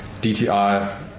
DTI